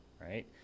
right